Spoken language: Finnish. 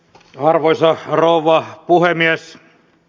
arvoisa rouva puhemies